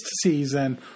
season